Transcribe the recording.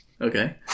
okay